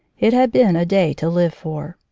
it had been a day to live for.